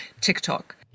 TikTok